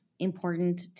important